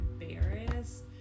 embarrassed